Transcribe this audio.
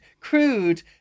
crude